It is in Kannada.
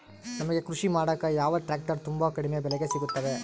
ನಮಗೆ ಕೃಷಿ ಮಾಡಾಕ ಯಾವ ಟ್ರ್ಯಾಕ್ಟರ್ ತುಂಬಾ ಕಡಿಮೆ ಬೆಲೆಗೆ ಸಿಗುತ್ತವೆ?